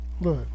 look